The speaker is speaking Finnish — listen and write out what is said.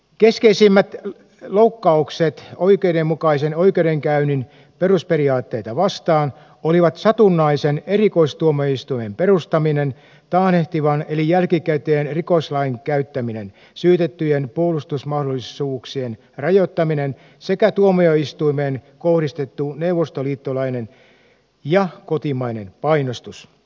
keskeisimmät loukkaukset oikeudenmukaisen oikeudenkäynnin perusperiaatteita vastaan olivat satunnaisen erikoistuomioistuimen perustaminen taannehtivan eli jälkikäteisen rikoslain käyttäminen syytettyjen puolustusmahdollisuuksien rajoittaminen sekä tuomioistuimeen kohdistettu neuvostoliittolainen ja kotimainen painostus